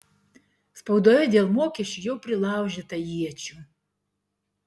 spaudoje dėl mokesčių jau prilaužyta iečių